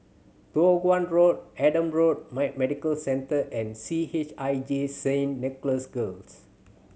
Toh Guan Road Adam Road Medical Centre and C H I J Saint Nicholas Girls